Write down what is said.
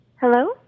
Hello